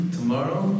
tomorrow